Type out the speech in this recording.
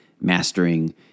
mastering